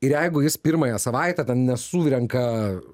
ir jeigu jis pirmąją savaitę ten nesurenka